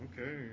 Okay